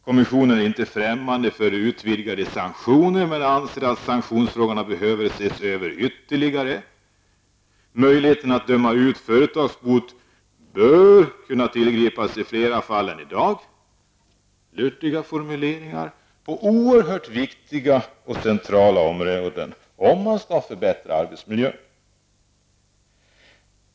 Kommissionen är nu inte främmande för utvidgade sanktioner men anser att sanktionsfrågan bör ses över ytterligare. Möjligheten att döma ut företagsbot bör kunna tillgripas i flera fall än i dag. Detta är luddiga formuleringar på oerhört viktiga och centrala områden om man skall förbättra arbetsmiljön.